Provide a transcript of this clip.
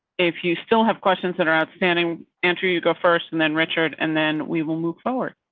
if you still have questions that are outstanding answer, you go first, and then richard, and then we will move forward.